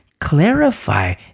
clarify